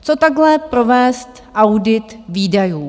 Co takhle provést audit výdajů?